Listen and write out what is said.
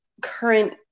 current